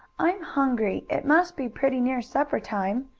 i'm hungry! it must be pretty near supper time.